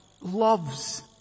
love's